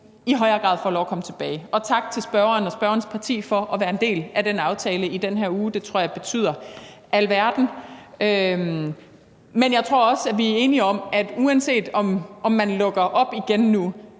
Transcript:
i højere grad får lov at komme tilbage. Og tak til spørgeren og spørgerens parti for at være en del af den aftale i den her uge. Det tror jeg betyder alverden. Men jeg tror også, vi er enige om, at uanset om man lukker op igen nu